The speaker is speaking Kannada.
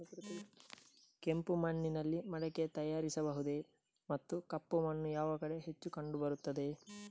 ಕೆಂಪು ಮಣ್ಣಿನಲ್ಲಿ ಮಡಿಕೆ ತಯಾರಿಸಬಹುದೇ ಮತ್ತು ಕಪ್ಪು ಮಣ್ಣು ಯಾವ ಕಡೆ ಹೆಚ್ಚು ಕಂಡುಬರುತ್ತದೆ?